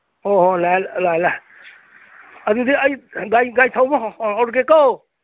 ꯍꯣ ꯍꯣ ꯂꯥꯛꯑꯦ ꯂꯥꯛꯑꯦ ꯑꯗꯨꯗꯤ ꯑꯩ ꯒꯥꯔꯤ ꯊꯧꯕ ꯍꯧꯔꯒꯦꯀꯣ